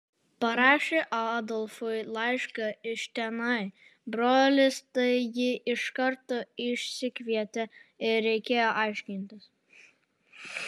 parašė adolfui laišką iš tenai brolis tai jį iš karto išsikvietė ir reikėjo aiškintis